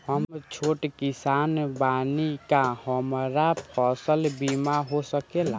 हम छोट किसान बानी का हमरा फसल बीमा हो सकेला?